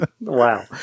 Wow